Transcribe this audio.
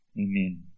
Amen